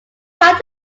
got